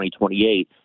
2028 –